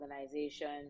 organizations